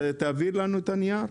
תעביר לנו את הנייר.